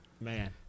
man